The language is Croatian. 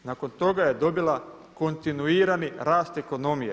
Nakon toga je dobila kontinuirani rast ekonomije.